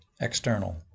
External